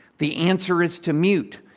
the answer is to mute.